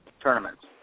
tournaments